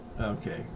okay